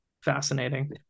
Fascinating